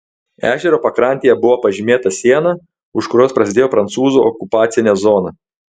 ežero pakrantėje buvo pažymėta siena už kurios prasidėjo prancūzų okupacinė zona